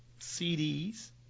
CDs